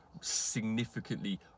significantly